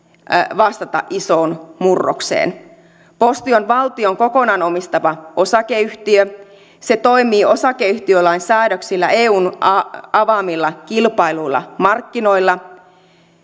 vastata isoon murrokseen posti on valtion kokonaan omistama osakeyhtiö se toimii osakeyhtiölain säädöksillä eun avaamilla kilpailluilla markkinoilla